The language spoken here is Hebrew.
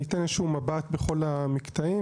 ניתן איזה שהוא מבט בכל המקטעים,